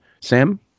Sam